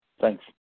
Thanks